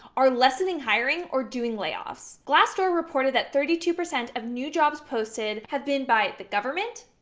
are lessening hiring or doing layoffs. glassdoor reported that thirty two percent of new jobs posted have been by the government,